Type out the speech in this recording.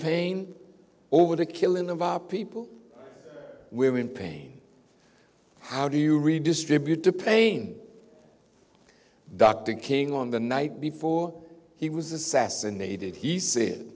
pain over the killing of our people we're in pain how do you redistribute the pain dr king on the night before he was assassinated he said